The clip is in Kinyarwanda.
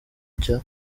cya